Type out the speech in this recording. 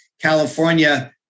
California